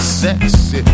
sexy